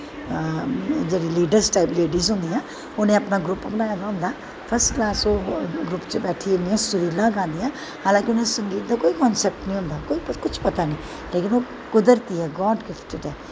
जेह्ड़ी leaders type ladies होंदियां उ'नें अपना ग्रुप बनाए दा होंदा फसकलास ओह् ग्रुप च बैठी आंदियां सवेल्ला आंदियां हालां कि उ'नें गी सगीत दा कोई कनसैप्ट निं होंदा कुछ पता निं लेकिन ओह् कुदरती ऐ गॉड गिफ्टिड ऐ